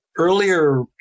Earlier